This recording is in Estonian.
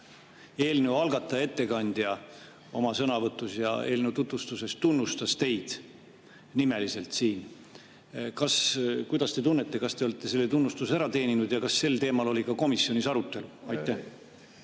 [poolne] ettekandja oma sõnavõtus ja eelnõu tutvustuses tunnustas teid nimeliselt. Kuidas te tunnete, kas te olete selle tunnustuse ära teeninud, ja kas sel teemal oli komisjonis arutelu? Aitäh,